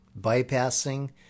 bypassing